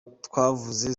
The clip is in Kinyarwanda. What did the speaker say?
twavuze